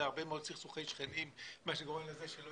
וגורם להרבה מאוד סכסוכי שכנים וגורם